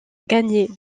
gagnait